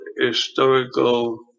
historical